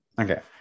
Okay